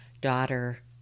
daughter